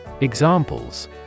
Examples